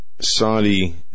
Saudi